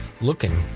looking